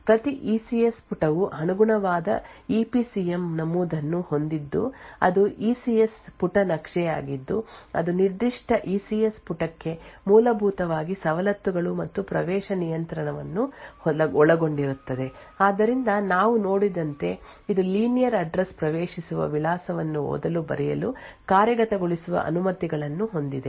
ಪ್ರತಿ E C S ಪುಟವು ಅನುಗುಣವಾದ ಇ ಪಿ ಸಿ ಎಂ ನಮೂದನ್ನು ಹೊಂದಿದ್ದು ಅದು ಇ ಸಿ ಎಸ್ ಪುಟ ನಕ್ಷೆಯಾಗಿದ್ದು ಅದು ನಿರ್ದಿಷ್ಟ ಇ ಸಿ ಎಸ್ ಪುಟಕ್ಕೆ ಮೂಲಭೂತವಾಗಿ ಸವಲತ್ತುಗಳು ಮತ್ತು ಪ್ರವೇಶ ನಿಯಂತ್ರಣವನ್ನು ಒಳಗೊಂಡಿರುತ್ತದೆ ಆದ್ದರಿಂದ ನಾವು ನೋಡಿದಂತೆ ಇದು ಲೀನಿಯರ್ ಅಡ್ರೆಸ್ ಪ್ರವೇಶಿಸುವ ವಿಳಾಸವನ್ನು ಓದಲು ಬರೆಯಲು ಕಾರ್ಯಗತಗೊಳಿಸುವ ಅನುಮತಿಗಳನ್ನು ಹೊಂದಿದೆ